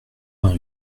vingt